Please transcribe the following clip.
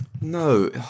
No